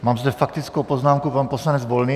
Mám zde faktickou poznámku pana poslance Volného.